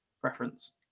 preference